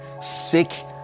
sick